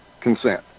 consent